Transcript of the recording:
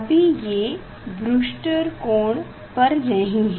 अभी ये ब्रूस्टर कोण पर नहीं है